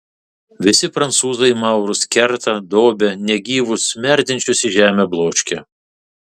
visi prancūzai maurus kerta dobia negyvus merdinčius į žemę bloškia